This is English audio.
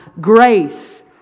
grace